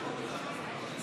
50